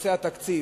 בנושא התקציב,